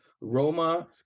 Roma